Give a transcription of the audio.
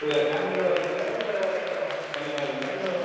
இல்லை ஃபேமிலியோட வருவீங்களா இல்லை தனியாக வருவீங்களா இல்லை